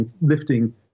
lifting